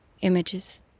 images